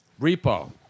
Repo